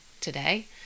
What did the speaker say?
today